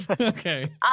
Okay